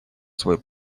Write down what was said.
свой